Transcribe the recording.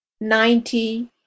ninety